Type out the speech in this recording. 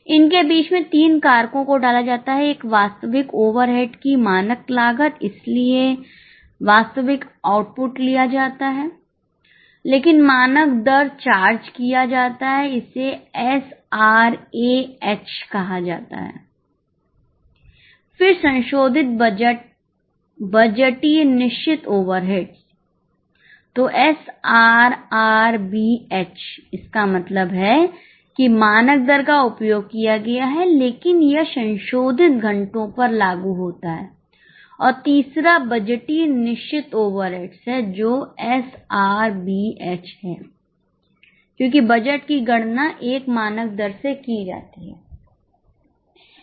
इनके बीच में तीन कारकों को डाला जाता है एक वास्तविक ओवरहेड्स की मानक लागत इसलिए वास्तविक आउटपुट लिया जाता है लेकिन मानक दर चार्ज किया जाता है इसेएसआरएएच है क्योंकि बजट की गणना एक मानक दर से की जाती है